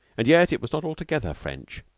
and yet it was not altogether french.